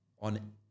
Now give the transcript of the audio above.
on